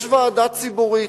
יש ועדה ציבורית.